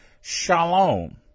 shalom